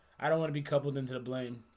i don't want to be coupled into the blame